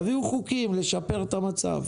תביאו חוקים לשפר את המצב